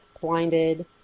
blinded